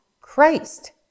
christ